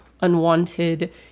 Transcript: unwanted